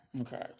Okay